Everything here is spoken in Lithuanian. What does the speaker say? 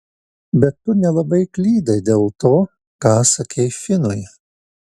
bet tu nelabai klydai dėl to ką sakei finui